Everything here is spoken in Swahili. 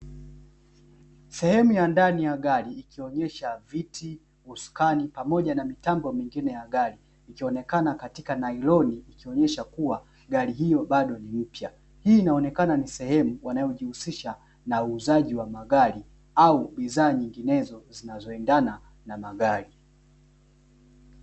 Sehemu ya ndani ya gari ikionyesha viti, usukani pamoja na mitambo mingine ya gari ikionekana katika nailoni, ikionyesha kuwa gari hilo bado ni mpya, hii inaonekana ni sehemu inayojihusisha na uuzaji wa magari au bidhaa nyinginezo zinazoendana na magari.